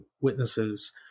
witnesses